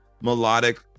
melodic